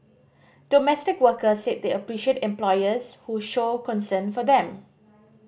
domestic workers said they appreciate employers who show concern for them